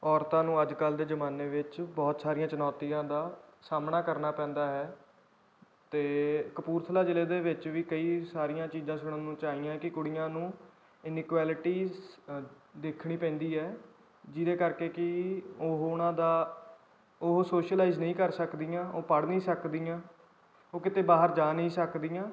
ਔਰਤਾਂ ਨੂੰ ਅੱਜ ਕੱਲ ਦੇ ਜ਼ਮਾਨੇ ਵਿੱਚ ਬਹੁਤ ਸਾਰੀਆਂ ਚੁਣੌਤੀਆਂ ਦਾ ਸਾਹਮਣਾ ਕਰਨਾ ਪੈਂਦਾ ਹੈ ਅਤੇ ਕਪੂਰਥਲਾ ਜ਼ਿਲ੍ਹੇ ਦੇ ਵਿੱਚ ਵੀ ਕਈ ਸਾਰੀਆਂ ਚੀਜ਼ਾਂ ਸੁਣਨ ਵਿੱਚ ਆਈਆਂ ਕਿ ਕੁੜੀਆਂ ਨੂੰ ਇਨਇਕੁਐਲੀਟੀਸ ਦੇਖਣੀ ਪੈਂਦੀ ਹੈ ਜਿਹਦੇ ਕਰਕੇ ਕਿ ਉਹ ਉਹਨਾਂ ਦਾ ਉਹ ਸੋਸ਼ਲਾਈਜ ਨਹੀਂ ਕਰ ਸਕਦੀਆਂ ਉਹ ਪੜ੍ਹ ਨਹੀਂ ਸਕਦੀਆਂ ਉਹ ਕਿਤੇ ਬਾਹਰ ਜਾ ਨਹੀਂ ਸਕਦੀਆਂ